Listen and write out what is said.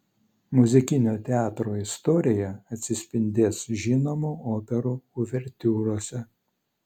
muzikinio teatro istorija atsispindės žinomų operų uvertiūrose